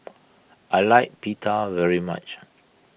I like Pita very much